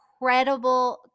incredible